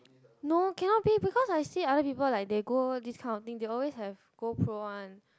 no cannot be because I see other people like they go this kind of thing they always have go pro one